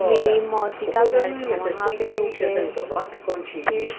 मेरी मौसी का घर था वहाँ पर रुके फिर